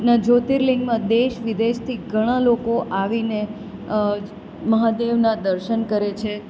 ના જ્યોતિર્લિંગમાં દેશ વિદેશથી ઘણાં લોકો આવીને મહાદેવના દર્શન કરે છે